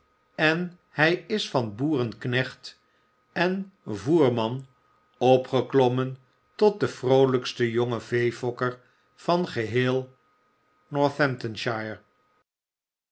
en hij is van boerenknecht en voerman opgeklommen tot den vroolijksten jongen veefokker van geheel